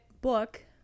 book